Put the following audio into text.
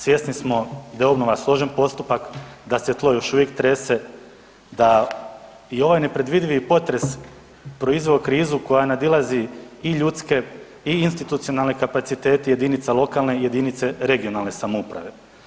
Svjesni smo da je obnova složen postupak, da se tlo još uvijek trese, da i ovaj nepredvidivi potres proizveo krizu koja nadilazi i ljudske i institucionalne kapacitete jedinica lokalne i jedinica regionalne samouprave.